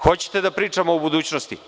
Hoćete da pričamo o budućnosti?